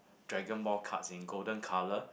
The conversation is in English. dragon ball cards in golden colour